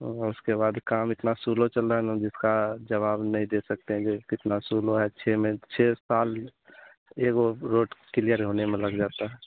और उसके बाद काम इतना स्लो चल रहा है ना जिसका जवाब नहीं दे सकते हैं जो कितना स्लो है छह में छह साल एगो रोड क्लियर होने में लग जाता है